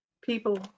people